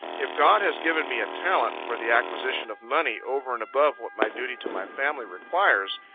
if god has given me a talent for the acquisition of money over and above what my duty to my family requires,